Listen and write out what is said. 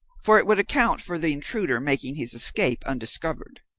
for it would account for the intruder making his escape undiscovered.